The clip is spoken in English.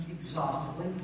exhaustively